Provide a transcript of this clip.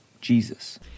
Jesus